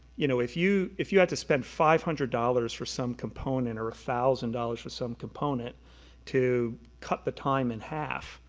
you know, if you if you had to spend five hundred dollars for some component or one thousand dollars for some component to cut the time in half,